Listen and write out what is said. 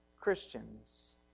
Christians